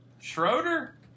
Schroeder